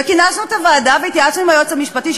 וכינסנו את הוועדה והתייעצנו עם היועץ המשפטי,